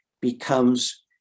becomes